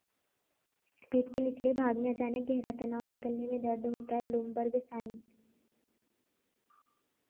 पेट के निचले भाग में अचानक गहरा तनाव निकलने में दर्द होता है ब्लूमबर्ग साइन